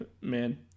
man